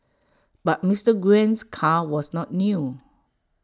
but Mister Nguyen's car was not new